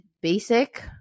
basic